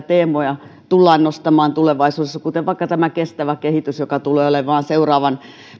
teemoja tullaan nostamaan tulevaisuudessa kuten vaikka tämä kestävä kehitys joka tulee olemaan seuraavan